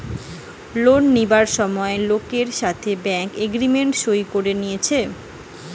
loan লিবার সময় লোকের সাথে ব্যাঙ্ক এগ্রিমেন্ট সই করে লইতেছে